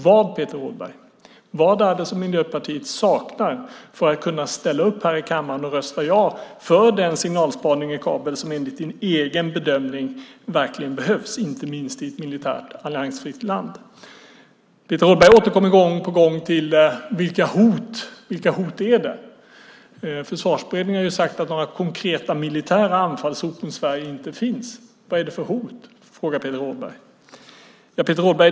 Vad, Peter Rådberg, är det som Miljöpartiet saknar för att kunna ställa upp här i kammaren och rösta ja till den signalspaning i kabel som enligt din egen bedömning verkligen behövs, inte minst i ett militärt alliansfritt land? Peter Rådberg återkommer gång på gång till frågan vilka hot det är. Försvarsberedningen har sagt att några konkreta militära anfallshot mot Sverige inte finns. Vad är det för hot? frågar Peter Rådberg.